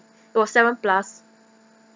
it was seven plus